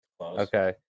Okay